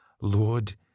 Lord